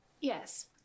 Yes